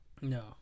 No